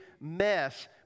mess